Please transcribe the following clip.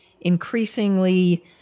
increasingly